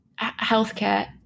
healthcare